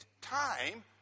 time